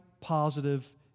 positive